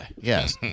Yes